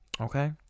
Okay